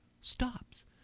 stops